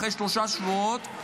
אחרי שלושה שבועות,